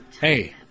Hey